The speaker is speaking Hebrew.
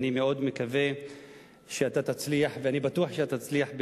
אני מאוד מקווה שאתה תצליח,